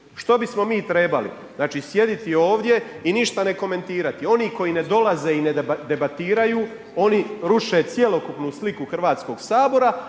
što bismo mi trebali, znači sjediti ovdje i ništa ne komentirati, oni koji ne dolaze i ne debatiraju oni ruše cjelokupnu sliku Hrvatskog sabora,